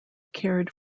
cared